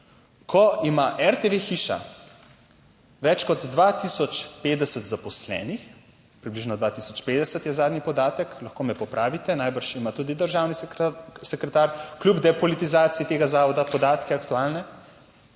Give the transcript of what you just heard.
ko ima RTV hiša več kot 2050 zaposlenih, približno 2050 je zadnji podatek, lahko me popravite, najbrž ima tudi državni sekretar, kljub depolitizaciji tega zavoda podatke aktualne,